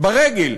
ברגל,